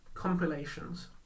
Compilations